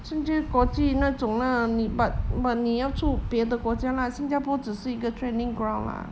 参加国际那种 lah 你 but but 你要住别的国家 lah 新加坡只是一个 training ground lah